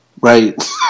Right